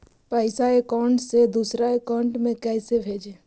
पैसा अकाउंट से दूसरा अकाउंट में कैसे भेजे?